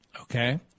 okay